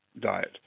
diet